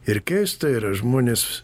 ir keista yra žmonės